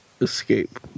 Escape